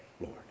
Lord